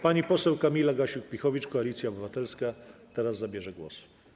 Pani poseł Kamila Gasiuk-Pihowicz, Koalicja Obywatelska, zabierze głos.